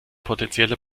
potenzielle